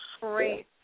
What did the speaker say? great